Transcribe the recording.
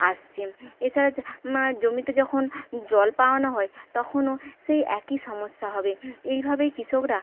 আসছে এছাড়া মা জমিতে যখন জল পাওয়ানো হয় তখনো সেই একই সমস্যা হবে এইভাবেই কৃষকরা